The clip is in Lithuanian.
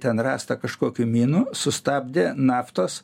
ten rasta kažkokių minų sustabdė naftos